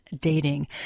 dating